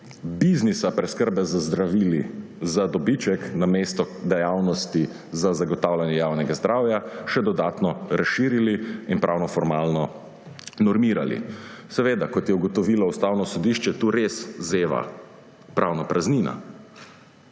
biznisa preskrbe z zdravili za dobiček namesto dejavnosti za zagotavljanje javnega zdravja še dodatno razširili in formalnopravno normirali. Seveda, kot je ugotovilo Ustavno sodišče, tu res zeva pravna praznina,